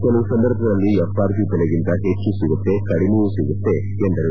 ಕೆಲವು ಸಂದರ್ಭಗಳಲ್ಲಿ F R P ದೆಲೆಗಿಂತ ಹೆಚ್ಚು ಸಿಗುತ್ತೇ ಕಡಿಮೆಯೂ ಸಿಗುತ್ತೆ ಎಂದರು